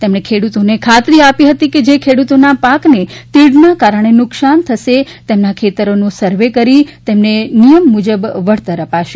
તેમણે ખેડૂતોને ખાતરી આપી હતી કે જે ખેડૂતોના પાકને તીડના કારણે નુકશાન થશે તેમના ખેતરોનો સર્વે કરી તેમને નિયમ મુ બ વળતર અપાશે